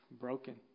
broken